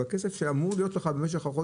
נעלה אותה בהמשך.